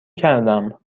کردم